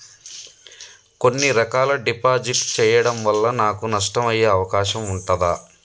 కొన్ని రకాల డిపాజిట్ చెయ్యడం వల్ల నాకు నష్టం అయ్యే అవకాశం ఉంటదా?